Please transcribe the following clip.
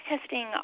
testing